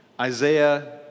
Isaiah